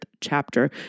chapter